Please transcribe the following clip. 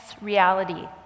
reality